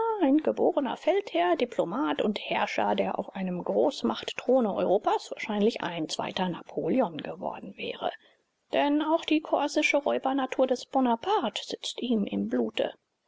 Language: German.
ein geborener feldherr diplomat und herrscher der auf einem großmachtthrone europas wahrscheinlich ein zweiter napoleon geworden wäre denn auch die korsische räubernatur des bonaparte sitzt ihm im blute